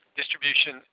distribution